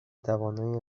توانایی